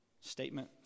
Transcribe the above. statement